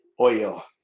oil